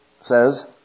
says